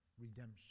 redemption